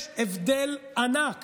יש הבדל ענק